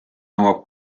nõuab